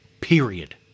period